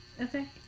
Okay